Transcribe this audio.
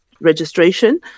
registration